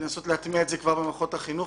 לנסות להטמיע את זה כבר במערכות החינוך